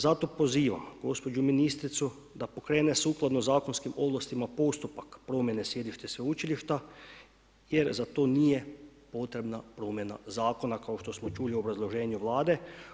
Zato pozivam gospođu ministricu da pokrene sukladno zakonskim ovlastima postupak promjene sjedišta sveučilišta jer za to nije potrebna promjena zakona, kao što smo čuli u obrazloženju Vlade.